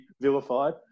vilified